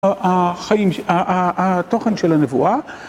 החיים, התוכן של הנבואה